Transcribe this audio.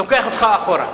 לוקח אותך אחורה.